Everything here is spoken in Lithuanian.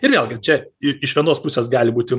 ir vėlgi čia i iš vienos pusės gali būti